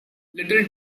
little